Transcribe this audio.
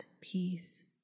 peace